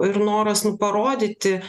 ir noras nu parodyti